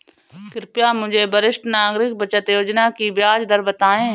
कृपया मुझे वरिष्ठ नागरिक बचत योजना की ब्याज दर बताएं?